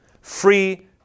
free